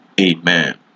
amen